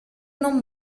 non